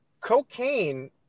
cocaine